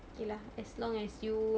okay lah as long as you